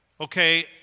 okay